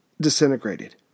disintegrated